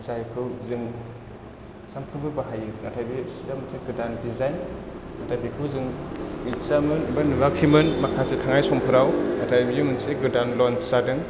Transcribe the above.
जायखौ जों सानफ्रोमबो बाहायो नाथाय बे सिआ मोनसे गोदान दिजायेन नाथाय बेखौ जों मिथियामोन बा नुयाखैमोन माखासे थानाय समफ्राव नाथाय बेयो मोनसे गोदान लन्स जादों